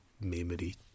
memory